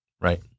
Right